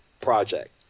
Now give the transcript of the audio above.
project